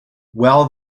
well